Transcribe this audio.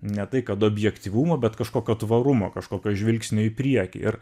ne tai kad objektyvumo bet kažkokio tvarumo kažkokio žvilgsnio į priekį ir